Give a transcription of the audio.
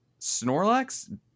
Snorlax